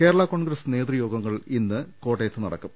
കേരള കോൺഗ്രസ് നേതൃ യോഗങ്ങൾ ഇന്ന് കോട്ടയത്ത് നട ക്കും